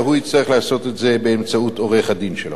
הוא יצטרך לעשות את זה באמצעות העורך-דין שלו.